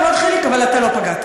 כל הכבוד, חיליק, אבל אתה לא פגעת.